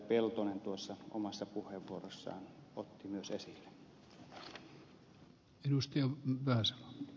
peltonen tuossa omassa puheenvuorossaan otti myös esille